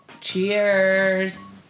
Cheers